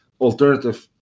alternative